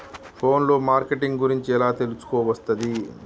Phone లో marketing గురించి ఎలా తెలుసుకోవస్తది?